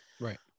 Right